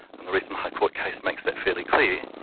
and the recent high court case makes that fairly clear,